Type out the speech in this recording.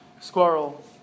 squirrel